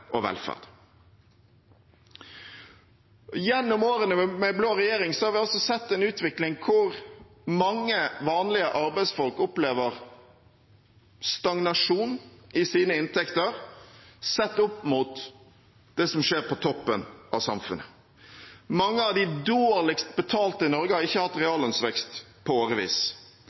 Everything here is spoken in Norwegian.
og velferd. Gjennom årene med blå regjering har vi sett en utvikling der mange vanlige arbeidsfolk opplever stagnasjon i sine inntekter, sett opp mot det som skjer på toppen av samfunnet. Mange av de dårligst betalte i Norge har ikke hatt reallønnsvekst på